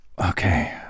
Okay